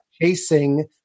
chasing